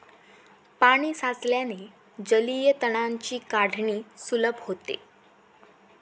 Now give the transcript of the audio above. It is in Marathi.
पाणी साचल्याने जलीय तणांची काढणी सुलभ होते